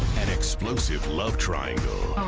an explosive love triangle.